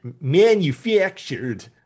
manufactured